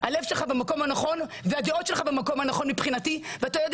הלב שלך במקום הנכון והדעות שלך במקום הנכון ואתה יודע